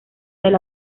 del